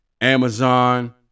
Amazon